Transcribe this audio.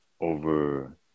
over